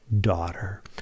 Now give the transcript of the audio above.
daughter